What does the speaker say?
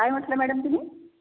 काय म्हटल्या मॅडम तुम्ही